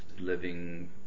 living